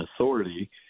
authority